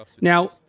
Now